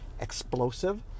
explosive